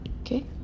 Okay